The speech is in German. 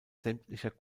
sämtlicher